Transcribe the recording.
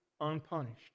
unpunished